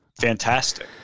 fantastic